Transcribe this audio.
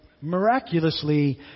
miraculously